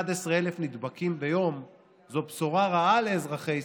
11,000 נדבקים ביום זו בשורה רעה לאזרחי ישראל,